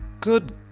Good